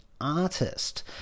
artist